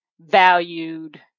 valued